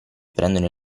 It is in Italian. prendono